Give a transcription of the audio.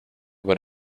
what